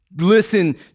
listen